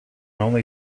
only